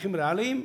בערכים ריאליים?